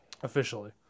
Officially